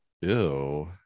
Ew